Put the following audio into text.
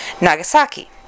Nagasaki